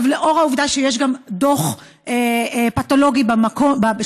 לאור העובדה שיש גם דוח פתולוגי שם,